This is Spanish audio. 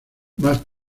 más